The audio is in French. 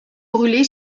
brûlé